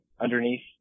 underneath